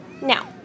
now